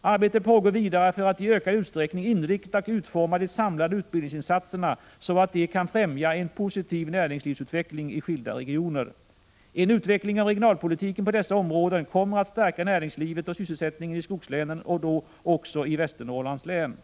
Arbete pågår vidare för att i ökad utsträckning inrikta och utforma de samlade utbildningsinsatserna så att de kan främja en positiv näringslivsutveckling i skilda regioner. En utveckling av regionalpolitiken på dessa områden kommer att stärka näringslivet och sysselsättningen i skogslänen och då också i Västernorrlands län.